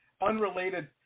unrelated